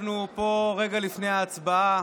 אנחנו פה רגע לפני ההצבעה